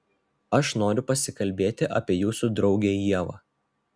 aš noriu pasikalbėti apie jūsų draugę ievą